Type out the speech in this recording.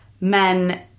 men